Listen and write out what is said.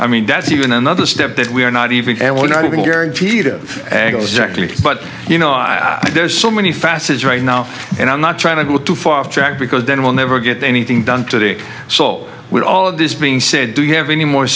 i mean that's even another step that we are not even and we're not even guaranteed of exactly but you know i there's so many facets right now and i'm not trying to go too far off track because then we'll never get anything done today so with all of this being said do you have any more